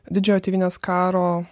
didžiojo tėvynės karo